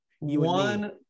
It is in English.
one